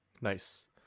Nice